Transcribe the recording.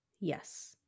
Yes